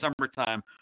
summertime